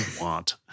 want